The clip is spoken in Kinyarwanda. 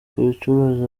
kubicuruza